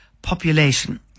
Population